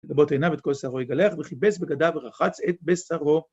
גבות עיניו, את כל שערו יגלח, וכיבס בגדיו ורחץ את בשרו.